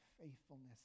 faithfulness